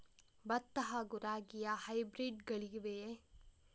ಭತ್ತ ಹಾಗೂ ರಾಗಿಯ ಹೈಬ್ರಿಡ್ ಗಳಿವೆಯೇ?